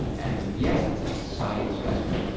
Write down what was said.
and yes, it's an exciting specimen.